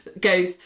goes